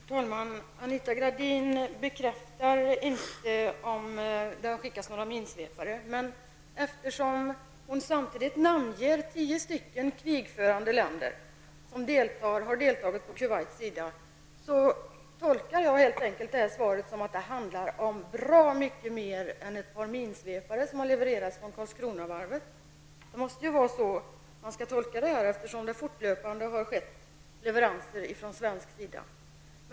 Herr talman! Anita Gradin bekräftar inte om det har skickats några minsvepare, men eftersom hon samtidigt namnger tio krigförande länder som har deltagit på Kuwaits sida, tolkar jag helt enkelt svaret på ett sådant sätt att det handlar om bra mycket mer än ett par minsvepare som har levererats från Karlskronavarvet. Det måste vara så man skall tolka detta, eftersom det fortlöpande har skett leveranser från svensk sida.